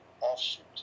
offshoot